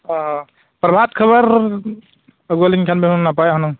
ᱚᱻ ᱯᱨᱚᱵᱷᱟᱛ ᱠᱷᱚᱵᱚᱨ ᱟᱹᱜᱩᱣᱟᱹᱞᱤᱧ ᱠᱷᱟᱱᱫᱚᱵᱮᱱ ᱱᱟᱯᱟᱭᱚᱜᱼᱟ ᱦᱩᱱᱟᱹᱝ